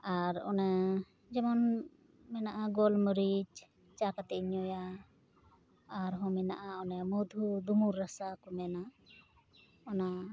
ᱟᱨ ᱚᱱᱟ ᱡᱮᱢᱚᱱ ᱢᱮᱱᱟᱜᱼᱟ ᱜᱳᱞ ᱢᱚᱨᱤᱪ ᱪᱟ ᱠᱟᱛᱮᱫᱤᱧ ᱧᱩᱭᱟ ᱟᱨ ᱢᱮᱱᱟᱜᱼᱟ ᱢᱚᱫᱷᱩ ᱫᱩᱢᱩᱨ ᱨᱟᱥᱟᱠᱚ ᱢᱮᱱᱟ ᱚᱱᱟ